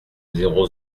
zéro